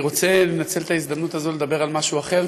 אני רוצה לנצל את ההזדמנות הזאת לדבר על משהו אחר.